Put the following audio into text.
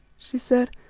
she said,